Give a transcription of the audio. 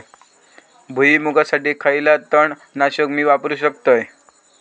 भुईमुगासाठी खयला तण नाशक मी वापरू शकतय?